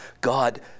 God